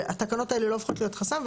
והתקנות האלה לא הופכות להיות חסם.